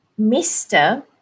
Mr